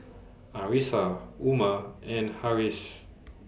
Arissa Umar and Harris